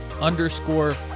underscore